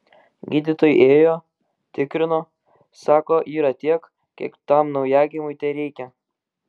gydytojai ėjo tikrino sako yra tiek kiek tam naujagimiui tereikia